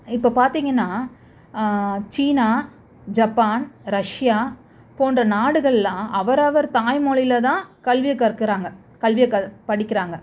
இப்போ பார்த்தீங்கன்னா China Japan Russia போன்ற நாடுகளெல்லாம் அவரவர் தாய்மொழில தான் கல்வியை கற்கிறாங்க கல்வியை க படிக்கின்றாங்க